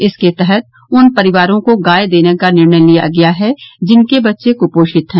इसके तहत उन परिवारों को गाय देने का निर्णय लिया गया है जिनके बच्चे क्पोषित हैं